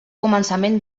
començament